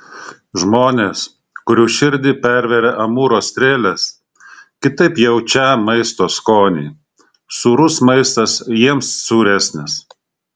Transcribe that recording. žmonės kurių širdį pervėrė amūro strėlės kitaip jaučią maisto skonį sūrus maistas jiems sūresnis